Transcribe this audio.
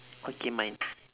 okay mine